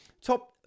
top